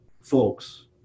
folks